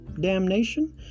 damnation